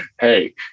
Hey